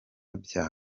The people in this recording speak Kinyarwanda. bya